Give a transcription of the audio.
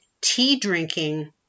tea-drinking